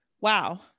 Wow